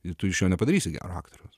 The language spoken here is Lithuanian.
ir tu iš jo nepadarysi gero aktoriaus